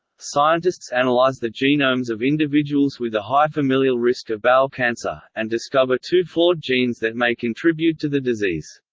scientists analyse and like the genomes of individuals with a high familial risk of bowel cancer, and discover two flawed genes that may contribute to the disease.